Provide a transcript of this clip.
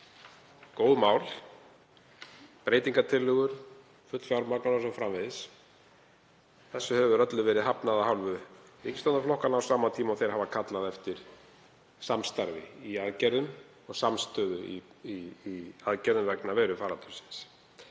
góð mál, breytingartillögur, fullfjármagnaðar o.s.frv. Því hefur öllu verið hafnað af hálfu ríkisstjórnarflokkanna á sama tíma og þeir hafa kallað eftir samstarfi í aðgerðum og samstöðu í aðgerðum vegna veirufaraldursins.